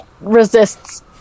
resists